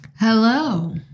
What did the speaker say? hello